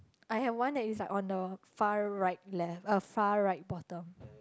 I have one that is on the far right left uh far right bottom